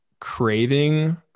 craving